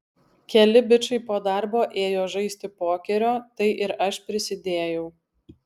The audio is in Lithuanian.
keli bičai po darbo ėjo žaisti pokerio tai ir aš prisidėjau